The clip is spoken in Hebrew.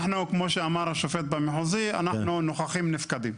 כמו שאמר השופט במחוזי, אנחנו נוכחים-נפקדים,